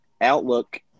outlook